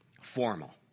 formal